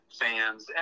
fans